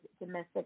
domestic